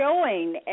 showing